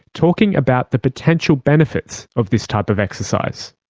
talking about the potential benefits of this type of exercise.